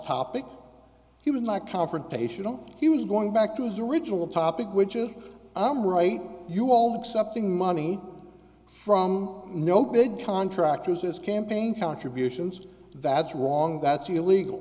topic he was not confrontational he was going back to his original topic which is i'm right you all something money from no big contractors as campaign contributions that's wrong that's illegal